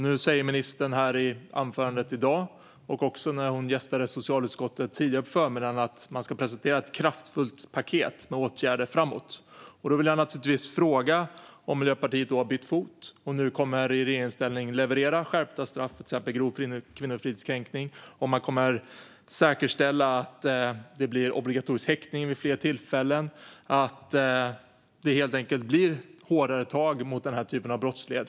Nu säger ministern i sitt anförande i dag och också när hon gästade socialutskottet i förmiddags att man ska presentera ett kraftfullt paket med åtgärder framåt. Då vill jag naturligtvis fråga om Miljöpartiet har bytt fot och i regeringsställning kommer att leverera skärpta straff för till exempel grov kvinnofridskränkning, om man kommer att säkerställa att det blir obligatorisk häktning vid fler tillfällen och om det helt enkelt kommer att bli hårdare tag mot den här typen av brottslighet.